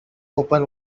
open